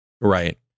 Right